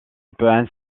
peut